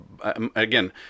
again